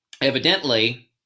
Evidently